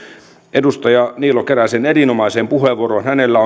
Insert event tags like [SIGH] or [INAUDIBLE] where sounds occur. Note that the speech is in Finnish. edustaja niilo keräsen erinomaiseen puheenvuoroon hänellä [UNINTELLIGIBLE]